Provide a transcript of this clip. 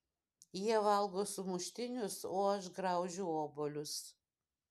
jie valgo sumuštinius o aš graužiu obuolius